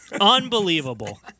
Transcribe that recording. Unbelievable